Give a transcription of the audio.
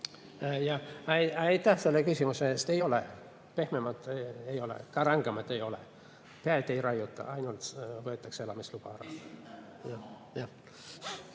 Jah. Aitäh selle küsimuse eest! Ei ole. Pehmemat ei ole, ka rangemat ei ole. Päid ei raiuta, ainult võetakse elamisluba ära.